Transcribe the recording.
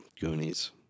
Goonies